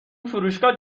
فروشگاه